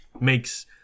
makes